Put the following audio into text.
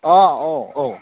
अ औ औ